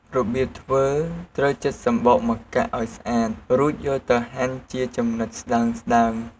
របៀបធ្វើត្រូវចិតសំបកម្កាក់ឱ្យស្អាត រួចយកទៅហាន់ជាចំណិតស្តើងៗ។